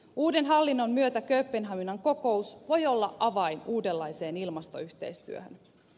uuden hallinnon myötä kööpenhaminan kokous voi olla avain uudenlaiseen ilmastoyhteistyöhön